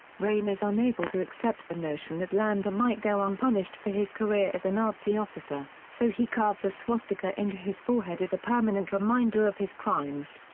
raine is unable to accept the notion that landa might go unpunished for his career as a nazi officer, so he carves a swastika into his forehead as a permanent reminder of his crimes.